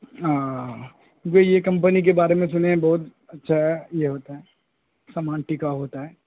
جو یہ کمپنی کے بارے میں سنے ہیں بہت اچھا ہے یہ ہوتا ہے سامان ٹکاؤ ہوتا ہے